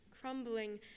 crumbling